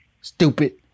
stupid